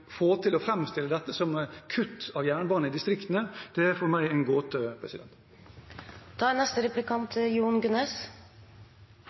til å framstille dette som et kutt til jernbane i distriktene, er for meg en gåte. Det går litt i det samme sporet, det er